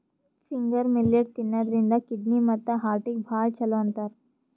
finger millet ತಿನ್ನದ್ರಿನ್ದ kidney ಮತ್ತ್ ಹಾರ್ಟಿಗ್ ಭಾಳ್ ಛಲೋ ಅಂತಾರ್